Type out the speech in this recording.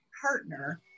partner